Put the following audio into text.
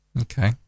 Okay